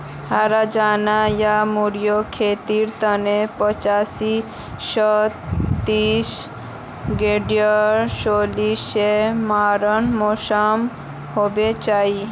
हरा चना या मूंगेर खेतीर तने पच्चीस स तीस डिग्री सेल्सियस गर्म मौसम होबा चाई